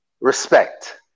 respect